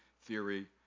theory